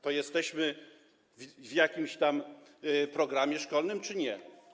Czy jesteśmy w jakimś programie szkolnym, czy nie?